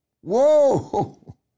Whoa